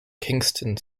kingston